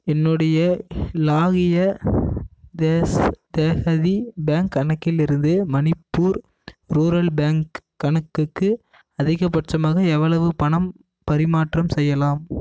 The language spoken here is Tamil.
என்னுடைய லாகிய தேஹதி பேங்க் கணக்கிலிருந்து மணிப்பூர் ரூரல் பேங்க் கணக்குக்கு அதிகபட்சமாக எவ்வளவு பணம் பரிமாற்றம் செய்யலாம்